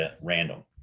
random